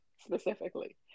Specifically